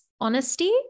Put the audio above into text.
honesty